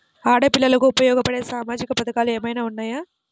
ఆడపిల్లలకు ఉపయోగపడే సామాజిక పథకాలు ఏమైనా ఉన్నాయా?